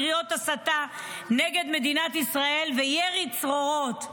קריאות הסתה נגד מדינת ישראל וירי צרורות.